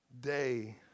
day